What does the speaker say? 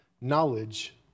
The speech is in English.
knowledge